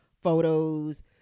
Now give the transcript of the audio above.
photos